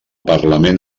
parlament